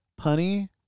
punny